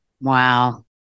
Wow